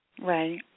Right